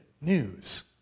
news